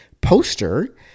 poster